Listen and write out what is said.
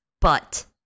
But-